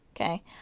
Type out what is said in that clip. okay